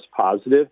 positive